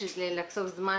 כדי לחסוך זמן